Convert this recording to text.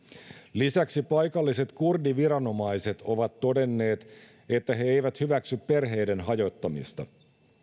lisäksi paikalliset kurdiviranomaiset ovat todenneet että he eivät hyväksy perheiden hajottamista